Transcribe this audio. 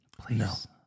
Please